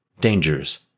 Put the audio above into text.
dangers